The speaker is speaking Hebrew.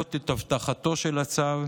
הכוללות את הבטחתו של הצו,